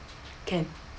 can